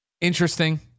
interesting